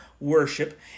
worship